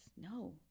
No